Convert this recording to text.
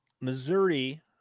Missouri